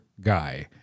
guy